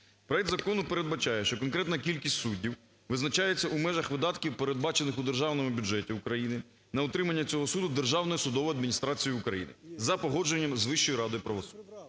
Проект закону передбачає, що конкретна кількість суддів визначається у межах видатків, передбачених у державному бюджеті України на утримання цього суду Державною судовою адміністрацією України за погодженням з Вищою радою правосуддя.